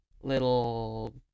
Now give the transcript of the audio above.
little